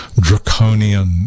draconian